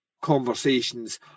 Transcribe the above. conversations